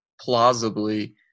plausibly